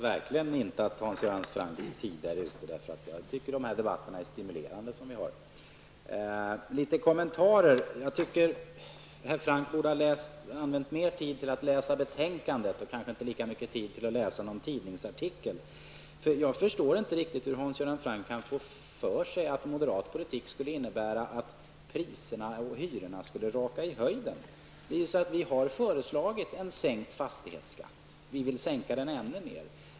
Herr talman! Jag tycker att herr Franck borde ha använt mera tid till att läsa betänkandet och kanske inte lika mycket tid till att läsa tidningsartiklar. Jag förstår inte riktigt hur Hans Göran Franck kan få för sig att moderat politik skulle innebära att priserna och hyrorna skulle raska i höjden. Vi har föreslagit en sänkt fastighetsskatt. Vi vill sänka den ännu mer.